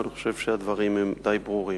ואני חושב שהדברים הם די ברורים.